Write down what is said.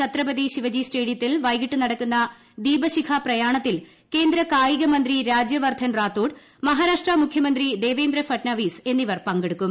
ഛത്രപതി ശിവജി സ്റ്റേഡിയത്തിൽ വ്ട്രിക്കിട്ട് നടക്കുന്ന ദീപശിഖ പ്രയാണത്തിൽ കേന്ദ്ര കായിക മന്ത്രി ് രാജ്യവർദ്ധൻ റാത്തോഡ് മഹാരാഷ്ട്ര മുഖ്യമന്ത്രി ദേവേന്ദ്ര ഫട്നാവിസ് എന്നിവർ പങ്കെടുക്കും